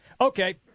Okay